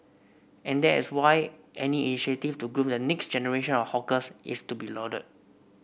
and that is why any initiative to groom the next generation of hawkers is to be lauded